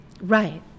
Right